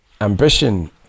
ambition